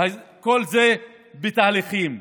כל זה בתהליכים.